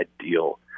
ideal